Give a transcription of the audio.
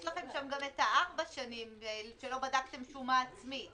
יש לכם שם גם את הארבע שנים שלא בדקתם שומה עצמית